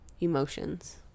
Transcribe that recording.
emotions